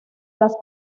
las